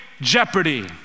jeopardy